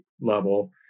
level